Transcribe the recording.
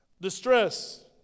Distress